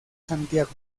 santiago